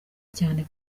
cyane